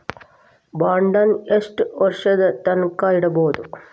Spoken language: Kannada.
ಬಾಂಡನ್ನ ಯೆಷ್ಟ್ ವರ್ಷದ್ ತನ್ಕಾ ಇಡ್ಬೊದು?